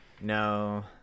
no